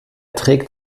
trägt